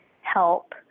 help